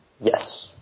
Yes